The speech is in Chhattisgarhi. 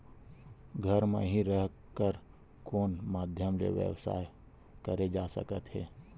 घर म हि रह कर कोन माध्यम से व्यवसाय करे जा सकत हे?